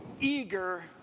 eager